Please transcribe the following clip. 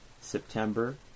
September